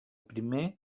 primer